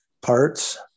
parts